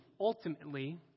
ultimately